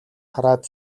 хараад